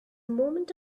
moment